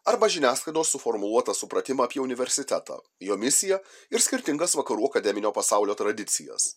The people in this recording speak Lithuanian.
arba žiniasklaidos suformuluotą supratimą apie universitetą jo misiją ir skirtingas vakarų akademinio pasaulio tradicijas